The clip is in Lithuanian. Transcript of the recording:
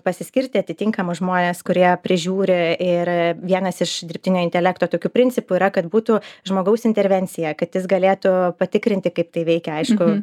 pasiskirti atitinkamus žmones kurie prižiūri ir vienas iš dirbtinio intelekto tokių principų yra kad būtų žmogaus intervencija kad jis galėtų patikrinti kaip tai veikia aišku